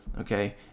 okay